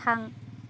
थां